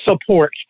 support